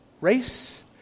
race